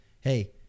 hey